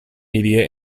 media